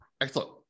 Excellent